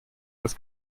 das